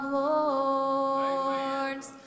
lords